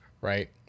right